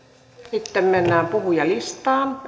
sitten mennään puhujalistaan